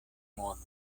mono